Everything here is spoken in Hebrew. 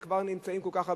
כשכבר נמצאים כל כך הרבה,